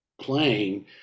playing